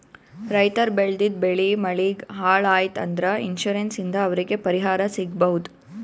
ರೈತರ್ ಬೆಳೆದಿದ್ದ್ ಬೆಳಿ ಮಳಿಗ್ ಹಾಳ್ ಆಯ್ತ್ ಅಂದ್ರ ಇನ್ಶೂರೆನ್ಸ್ ಇಂದ್ ಅವ್ರಿಗ್ ಪರಿಹಾರ್ ಸಿಗ್ಬಹುದ್